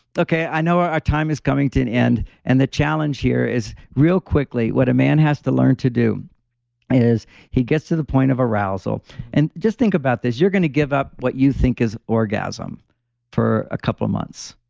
okay, i know our time is coming to an end. and the challenge here is real quickly, what a man has to learn to do is he gets to the point of arousal and just think about this, you're going to give up what you think is orgasm for a couple of months.